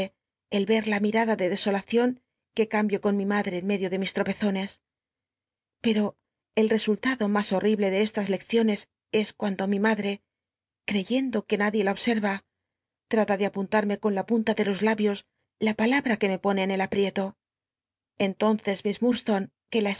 el rer la mimda de dcsolacion que cambio con mi madre en medio de mis tropezones pero el csullado mas horrible ele estas lecciones es cuando mi macllc c'cyendo ue nadie la obscrm lmta de apun tarmc con la punta de los labios la palaba que me pone en el aprieto entonces miss